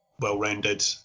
well-rounded